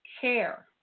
care